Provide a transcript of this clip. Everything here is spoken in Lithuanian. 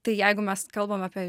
tai jeigu mes kalbam apie